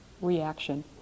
reaction